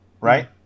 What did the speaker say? right